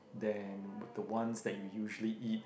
they're the ones that you usually eat